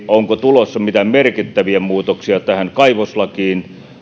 onko tulossa mitään merkittäviä muutoksia tähän kaivoslakiin